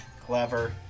Clever